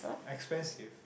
expensive